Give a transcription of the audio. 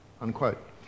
Unquote